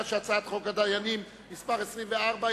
הצעת חוק הדיינים (תיקון מס' 24),